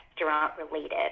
restaurant-related